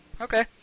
Okay